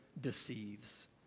deceives